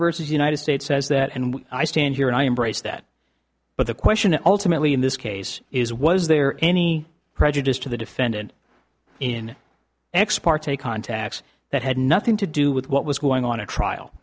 versus united states says that and when i stand here and i embrace that but the question ultimately in this case is was there any prejudice to the defendant in ex parte contacts that had nothing to do with what was going on a trial